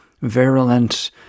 virulent